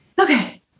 Okay